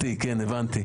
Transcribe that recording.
שלום.